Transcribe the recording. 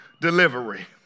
delivery